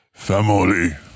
Family